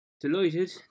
delighted